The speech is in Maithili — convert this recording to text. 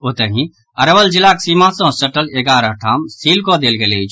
ओतहि अरवल जिलाक सीमा सँ सटल एगारह ठाम सील कऽ देल गेल अछि